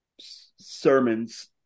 sermons